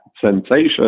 sensation